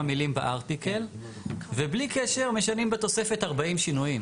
מילים בארטיקל ובלי קשר משנים בתוספת 40 שינויים.